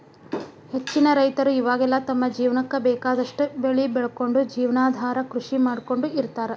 ಹೆಚ್ಚಿನ ರೈತರ ಇವಾಗೆಲ್ಲ ತಮ್ಮ ಜೇವನಕ್ಕ ಬೇಕಾದಷ್ಟ್ ಬೆಳಿ ಬೆಳಕೊಂಡು ಜೇವನಾಧಾರ ಕೃಷಿ ಮಾಡ್ಕೊಂಡ್ ಇರ್ತಾರ